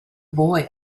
boy